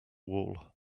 wall